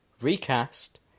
recast